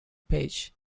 page